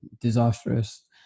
disastrous